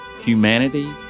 humanity